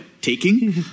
taking